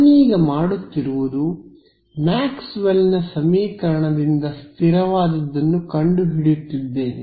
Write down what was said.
ನಾನೀಗ ಮಾಡುತ್ತಿರುವುದು ಮ್ಯಾಕ್ಸ್ವೆಲ್ನ ಸಮೀಕರಣದಿಂದ ಸ್ಥಿರವಾದದ್ದನ್ನು ಕಂಡುಹಿಡಿಯುತ್ತಿದ್ದೇನೆ